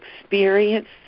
experience